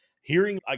hearing